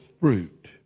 fruit